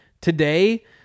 Today